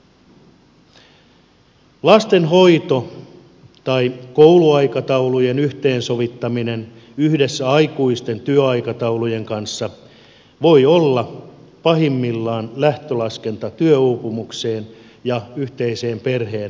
lasten hoito tai kouluaikataulujen yhteensovittaminen yhdessä aikuisten työaikataulujen kanssa voi olla pahimmillaan lähtölaskenta työuupumukseen ja yhteiseen perheen pahoinvointiin